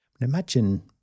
Imagine